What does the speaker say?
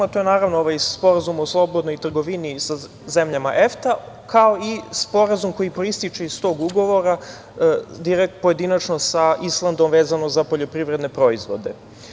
To je, naravno, ovaj sporazum o slobodnoj trgovini sa zemljama EFTA, kao i sporazum koji proističe iz tog ugovora pojedinačno sa Islandom vezano za poljoprivredne proizvode.